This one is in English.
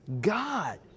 God